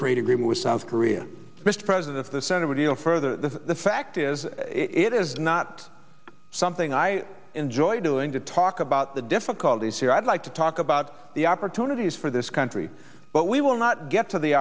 trade agreement with south korea mr president the senate deal for the fact is it is not something i enjoy doing to talk about the difficulties here i'd like to talk about the opportunities for this country but we will not get to the